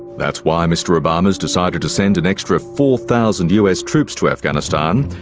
that's why mr obama has decided to send an extra four thousand us troops to afghanistan.